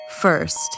First